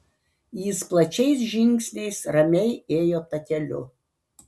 jis plačiais žingsniais ramiai ėjo takeliu